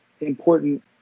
important